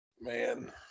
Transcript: Man